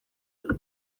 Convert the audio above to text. dut